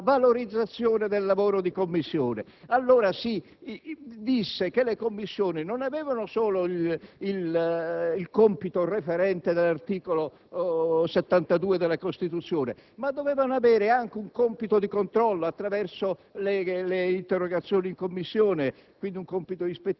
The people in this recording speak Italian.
direi precipuamente, sulla valorizzazione del lavoro di Commissione. Allora si disse, infatti, che le Commissioni non avevano solo il compito referente dell'articolo 72 della Costituzione, ma dovevano avere anche un compito di controllo, attraverso le interrogazioni